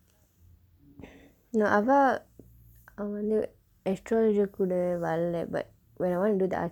no அவ்வா அவங்கள் வந்து:avvaa avangkal vandthu astrology கூட வரல:kuuda varala but when I want to do the